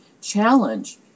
challenge